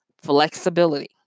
flexibility